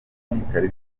gisirikare